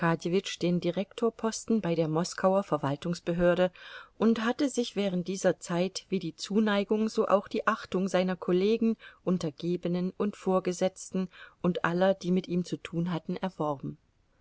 arkadjewitsch den direktorposten bei der moskauer verwaltungsbehörde und hatte sich während dieser zeit wie die zuneigung so auch die achtung seiner kollegen untergebenen und vorgesetzten und aller die mit ihm zu tun hatten erworben